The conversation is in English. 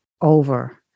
over